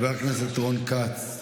חבר הכנסת רון כץ,